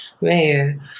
man